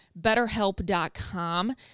betterhelp.com